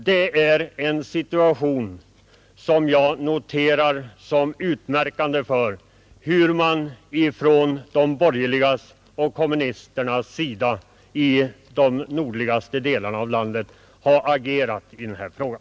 Det är en situation som jag noterar som utmärkande för hur de borgerliga och kommunisterna i Sveriges nordligaste delar har agerat i den här frågan.